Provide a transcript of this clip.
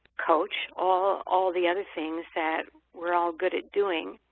coach, all all the other things that we're all good at doing,